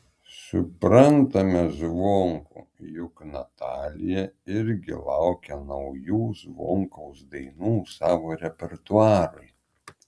suprantame zvonkų juk natalija irgi laukia naujų zvonkaus dainų savo repertuarui